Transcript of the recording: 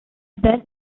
bent